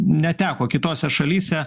neteko kitose šalyse